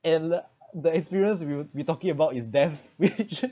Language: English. and the experience we'll we talking about is death